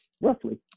Roughly